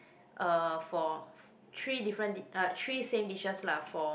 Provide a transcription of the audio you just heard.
uh for three different di~ uh three same dishes lah for